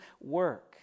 work